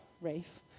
Rafe